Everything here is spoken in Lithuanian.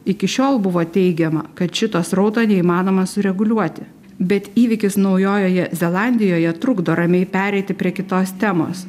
iki šiol buvo teigiama kad šito srauto neįmanoma sureguliuoti bet įvykis naujojoje zelandijoje trukdo ramiai pereiti prie kitos temos